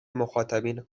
مخاطبین